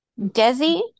Desi